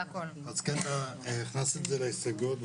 הכנסתי את זה להסתייגויות,